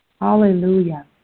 Hallelujah